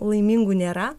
laimingų nėra